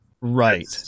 Right